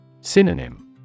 Synonym